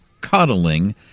cuddling